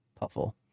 puffle